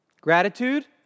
Gratitude